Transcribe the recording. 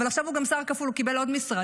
אבל עכשיו הוא גם שר כפול, הוא קיבל עוד משרד.